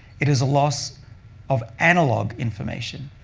it is a loss of analog information.